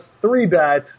three-bet